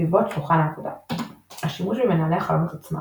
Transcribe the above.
סביבות שולחן עבודה השימוש במנהלי חלונות עצמם